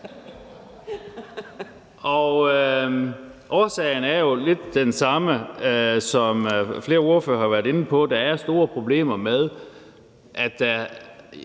til det er jo lidt den samme, som flere ordførere har været inde på, nemlig at der er store problemer med, at de